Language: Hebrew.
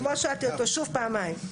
אתמול שאלתי אותו שוב פעמיים.